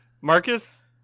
Marcus